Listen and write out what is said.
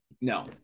No